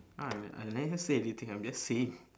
now I I never say anything I'm just saying